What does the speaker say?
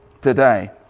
today